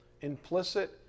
implicit